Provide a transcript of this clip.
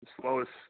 slowest